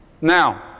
Now